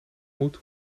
moet